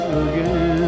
again